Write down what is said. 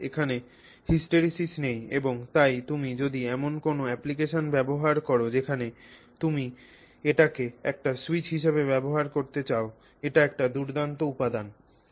অর্থাৎ এখানে হিস্টেরিসিস নেই এবং তাই তুমি যদি এমন কোনও অ্যাপ্লিকেশন ব্যবহার কর যেখানে তুমি এটিকে একটি স্যুইচ হিসাবে ব্যবহার করতে চাও এটি একটি দুর্দান্ত উপাদান